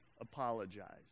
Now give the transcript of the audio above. apologize